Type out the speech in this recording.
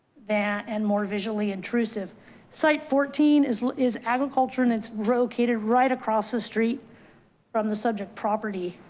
that and more visually intrusive site fourteen is is agriculture. and it's rotated right across the street from the subject property.